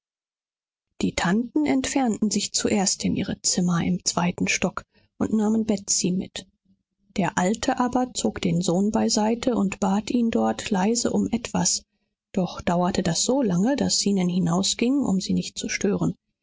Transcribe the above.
die tanten entfernten sich zuerst in ihre zimmer im zweiten stock und nahmen betsy mit der alte aber zog den sohn beiseite und bat ihn dort leise um etwas doch dauerte das so lange daß zenon hinausging um sie nicht zu stören